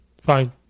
Fine